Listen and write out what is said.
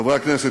חברי הכנסת,